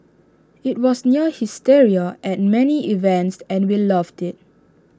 IT was near hysteria at many events and we loved IT